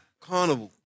carnival